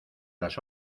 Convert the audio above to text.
las